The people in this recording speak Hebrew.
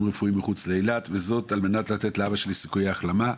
רפואיים מחוץ לאילת כדי לתת לו סיכויי החלמה,